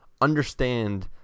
understand